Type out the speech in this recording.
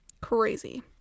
Crazy